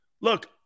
Look